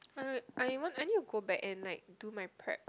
I want I need to go back and like do my prep